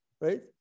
right